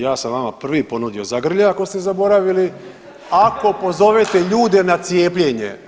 Ja sam vama prvi ponudio zagrljaj ako ste zaboravili, ako pozovete ljude na cijepljenje.